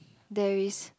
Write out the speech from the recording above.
there is